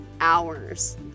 hours